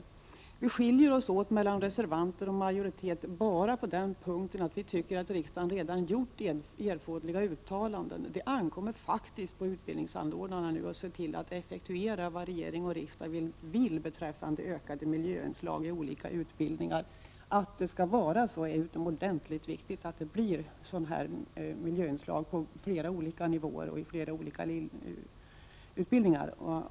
Majoriteten skiljer sig från reservanterna bara på den punkten att vi tycker att riksdagen redan gjort erforderliga uttalanden. Det ankommer faktiskt på utbildningsanordnarna att nu se till effektuera vad regering och riksdag vill beträffade ökade miljöinslag i olika utbildningar. Det är utomordentligt med miljöinslag på flera olika nivåer och i olika utbildningar.